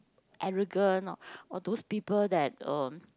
arrogant or or those person that um